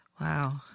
Wow